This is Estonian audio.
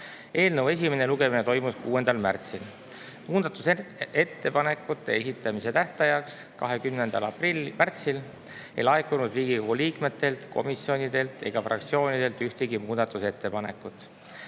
Eelnõu esimene lugemine toimus 6. märtsil. Muudatusettepanekute esitamise tähtajaks, 20. märtsiks ei laekunud Riigikogu liikmetelt, komisjonidelt ega fraktsioonidelt ühtegi muudatusettepanekut.